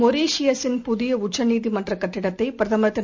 மொரீஷியஸின் புதியஉச்சநீதிமன்றகட்டிடத்தைபிரதமர் திரு